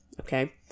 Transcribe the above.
okay